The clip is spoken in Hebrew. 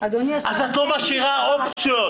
אז את לא משאירה אופציות.